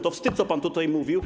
To wstyd, co pan tutaj mówił.